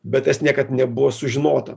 bet niekad nebuvo sužinota